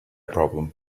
problem